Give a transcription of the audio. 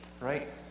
right